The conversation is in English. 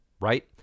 right